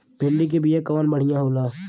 भिंडी के बिया कवन बढ़ियां होला?